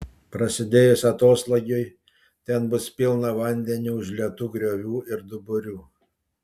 prasidėjus atoslūgiui ten bus pilna vandeniu užlietų griovų ir duburių